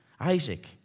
Isaac